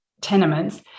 tenements